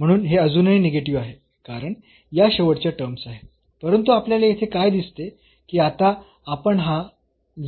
म्हणून हे अजूनही निगेटिव्ह आहे कारण या शेवटच्या टर्म्स आहेत परंतु आपल्याला येथे काय दिसते की आता आपण हा